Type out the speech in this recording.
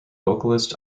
vocalist